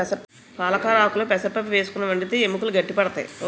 పాలకొరాకుల్లో పెసరపప్పు వేసుకుని వండితే ఎముకలు గట్టి పడతాయి